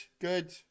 good